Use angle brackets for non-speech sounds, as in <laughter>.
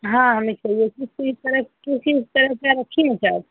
हाँ हमें चाहिए <unintelligible> तो किस तरह से आप रखी है चाट